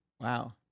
Wow